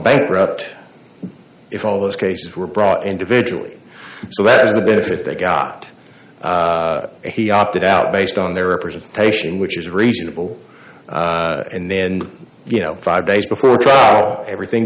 bankrupt if all those cases were brought individual so whether the benefit they got he opted out based on their representation which is reasonable and then you know five days before trial everything